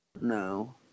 No